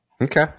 Okay